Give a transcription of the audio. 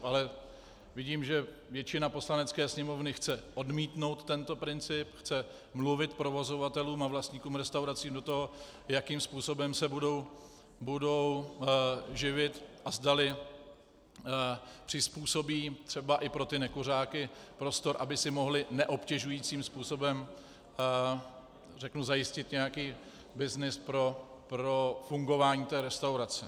Ale vidím, že většina Poslanecké sněmovny chce odmítnout tento princip, chce mluvit provozovatelům a vlastníkům restaurací do toho, jakým způsobem se budou živit a zdali přizpůsobí třeba i pro ty nekuřáky prostor, aby si mohli neobtěžujícím způsobem zajistit nějaký byznys pro fungování té restaurace.